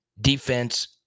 Defense